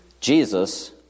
Jesus